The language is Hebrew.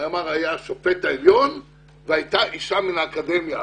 הוא אמר: היה השופט העליון והייתה אישה מן האקדמיה,